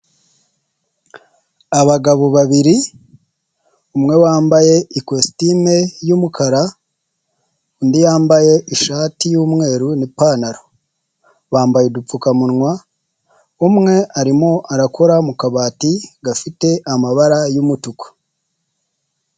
Abagabo babiri, umwe wambaye ikositime y'umukara, undi yambaye ishati y'umweru n'ipantaro. Bambaye udupfukamunwa, umwe arimo arakora mu kabati gafite amabara y'umutuku.